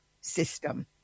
system